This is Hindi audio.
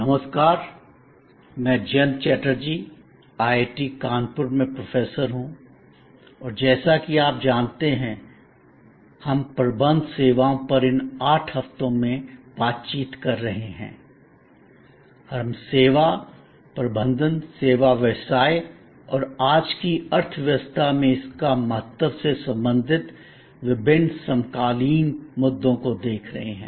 नमस्कार मैं जयंत चटर्जी आईआईटी कानपुर में प्रोफेसर हूं और जैसा कि आप जानते हैं हम प्रबंध सेवाओं पर इन 8 हफ्तों में बातचीत कर रहे हैं और हम सेवा प्रबंधन सेवा व्यवसाय और आज की अर्थव्यवस्था में इसके महत्व से संबंधित विभिन्न समकालीन मुद्दों को देख रहे हैं